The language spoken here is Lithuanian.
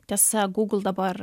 tiesa gūgl dabar